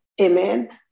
amen